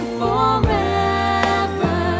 forever